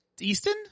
Easton